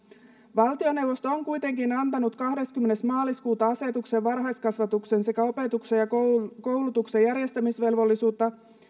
valtioneuvosto on kuitenkin antanut kahdeskymmenes maaliskuuta asetuksen varhaiskasvatuksen sekä opetuksen ja koulutuksen järjestämisvelvollisuutta